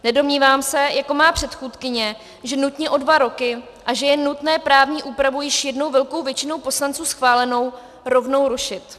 Nedomnívám se jako moje předchůdkyně, že nutně o dva roky a že je nutné právní úpravu již jednou velkou většinou poslanců schválenou rovnou rušit.